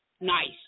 Nice